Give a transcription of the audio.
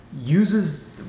uses